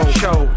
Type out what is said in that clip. show